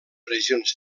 regions